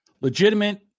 legitimate